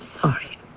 sorry